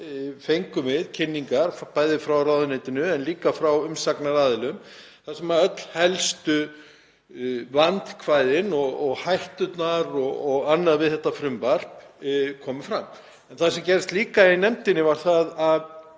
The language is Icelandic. fengum við kynningar frá ráðuneytinu en líka frá umsagnaraðilum þar sem öll helstu vandkvæðin og hætturnar og annað við þetta frumvarp komu fram. En það sem gerðist líka í nefndinni var að í